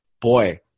boy